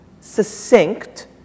succinct